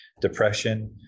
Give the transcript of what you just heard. depression